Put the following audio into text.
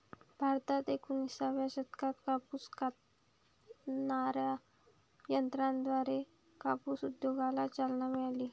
भारतात एकोणिसाव्या शतकात कापूस कातणाऱ्या यंत्राद्वारे कापूस उद्योगाला चालना मिळाली